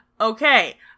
Okay